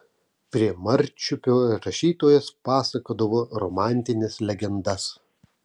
prie marčiupio rašytojas pasakodavo romantines legendas